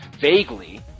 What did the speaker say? vaguely